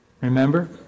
Remember